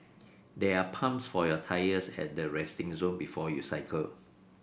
there are pumps for your tyres at the resting zone before you cycle